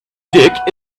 dick